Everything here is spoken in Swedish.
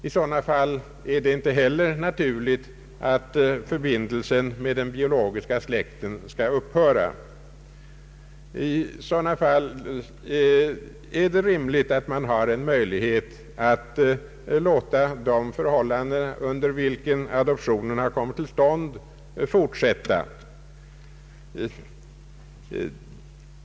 I sådana fall är det inte heller naturligt att förbindelsen med den biologiska släkten skall upphöra. Då är det rimligt att man har möjlighet att låta de förutsättningar, under vilka adoptionen har kommit till stånd, fortfarande gälla.